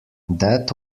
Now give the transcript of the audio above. that